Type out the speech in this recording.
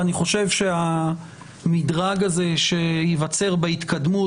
ואני חושב שהמדרג הזה שייווצר בהתקדמות